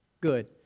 good